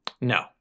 No